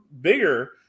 bigger